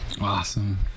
Awesome